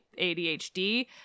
ADHD